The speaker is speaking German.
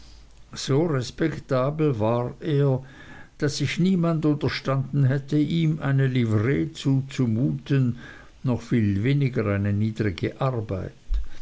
so respektabel war er daß sich niemand unterstanden hätte ihm eine livree zuzumuten noch viel weniger eine niedrige arbeit